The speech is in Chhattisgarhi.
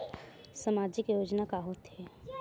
सामाजिक योजना का होथे?